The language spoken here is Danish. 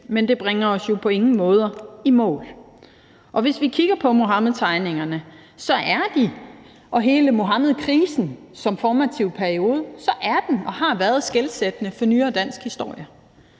Men det bringer os jo på ingen måder i mål. Hvis vi kigger på Muhammedtegningerne, er de og hele Muhammedkrisen som formativ periode skelsættende for nyere dansk historie,